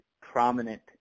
prominent